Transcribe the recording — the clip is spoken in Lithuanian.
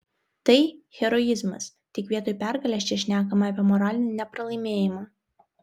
tai heroizmas tik vietoj pergalės čia šnekama apie moralinį nepralaimėjimą